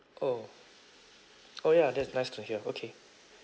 oh oh ya that's nice to hear okay